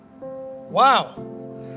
Wow